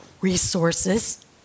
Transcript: resources